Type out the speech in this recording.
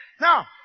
Now